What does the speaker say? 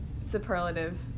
superlative